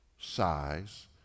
size